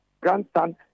grandson